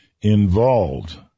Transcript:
involved